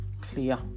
clear